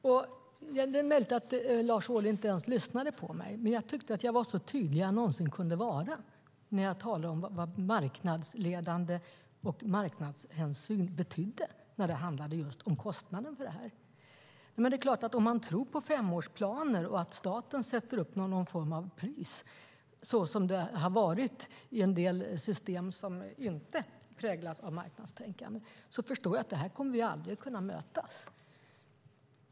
Det är möjligt att Lars Ohly inte ens lyssnade på mig. Men jag tyckte att jag var så tydlig jag någonsin kunde vara, när jag talade om vad "marknadsledande" och "marknadshänsyn" betyder just när det handlar om kostnaden för detta. Om man tror på femårsplaner och att staten ska sätta upp någon form av pris, som det har varit i en del system som inte präglas av marknadstänkande, då förstår jag att vi aldrig kommer att kunna mötas.